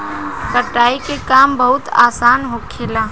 कटाई के काम बहुत आसान होखेला